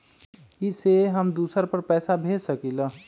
इ सेऐ हम दुसर पर पैसा भेज सकील?